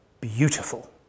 beautiful